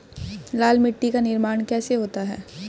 लाल मिट्टी का निर्माण कैसे होता है?